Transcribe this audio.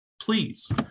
please